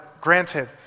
granted